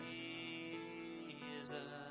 Jesus